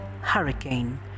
Hurricane